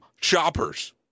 shoppers